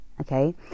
okay